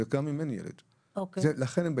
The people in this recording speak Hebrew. זו קצבה,